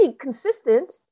consistent